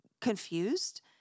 confused